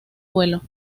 vuelo